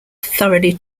thoroughly